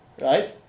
Right